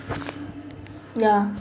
ya